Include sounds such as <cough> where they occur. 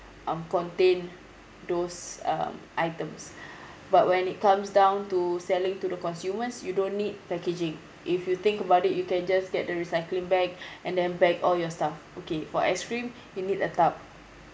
um contain those um items <breath> but when it comes down to selling to the consumers you don't need packaging if you think about it you can just get the recycling bag and then bag all your stuff okay for ice cream you need a tub